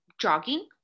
jogging